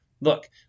Look